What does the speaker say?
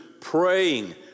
praying